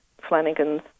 Flanagan's